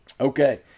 Okay